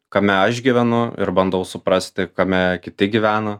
kame aš gyvenu ir bandau suprasti kame kiti gyvena